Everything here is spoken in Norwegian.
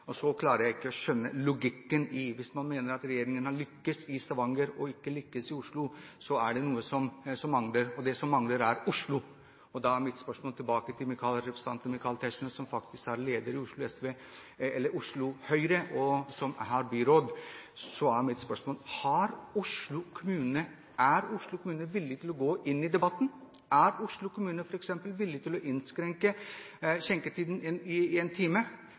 Stavanger! Så klarer jeg ikke å skjønne logikken hvis man mener at regjeringen har lyktes i Stavanger og ikke i Oslo. Da er det noe som mangler, og det som mangler, er i Oslo. Da er mitt spørsmål tilbake til representanten Michael Tetzschner, som faktisk er leder i Oslo Høyre, som har byrådslederen: Er Oslo kommune villig til å gå inn i debatten? Er Oslo kommune f.eks. villig til å innskrenke skjenketiden med 1 time, om ikke annet for å få den politikraften som vi kan få ut av 1 time hver dag, ikke minst i